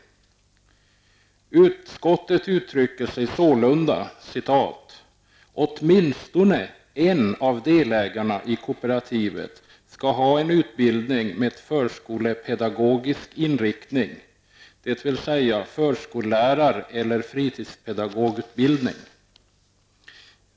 Utskottet skriver bl.a. att åtminstone en av delägarna i kooperativet bör ha en utbildning med förskolepedagogisk inriktning, dvs. förskollärar eller fritidspedagogutbildning.